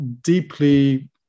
deeply